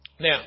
Now